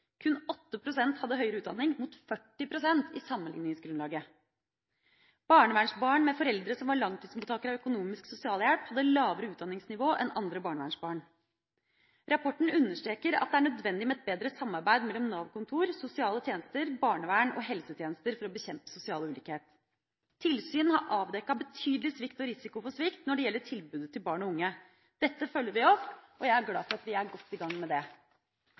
Kun 8 pst. hadde høyere utdanning, mot 40 pst. i sammenligningsgrunnlaget. Barnevernsbarn med foreldre som var langtidsmottakere av økonomisk sosialhjelp, hadde lavere utdanningsnivå enn andre barnevernsbarn. Rapporten understreker av det er nødvendig med et bedre samarbeid mellom Nav-kontor/sosiale tjenester, barnevern og helsetjenester for å bekjempe sosial ulikhet. Tilsyn har avdekket betydelig svikt og risiko for svikt når det gjelder tilbudet til barn og unge. Dette følger vi opp, og jeg er glad for at vi er godt i gang med det.